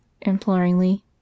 imploringly